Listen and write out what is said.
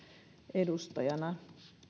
edustajana